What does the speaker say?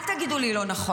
אל תגידו לי לא נכון.